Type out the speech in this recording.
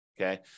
okay